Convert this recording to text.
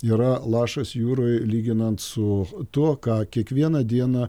yra lašas jūroj lyginant su tuo ką kiekvieną dieną